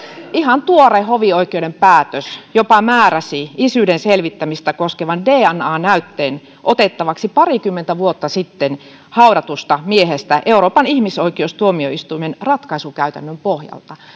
ihan tuore hovioikeuden päätös jopa määräsi isyyden selvittämistä koskevan dna näytteen otettavaksi parikymmentä vuotta sitten haudatusta miehestä euroopan ihmisoikeustuomioistuimen ratkaisukäytännön pohjalta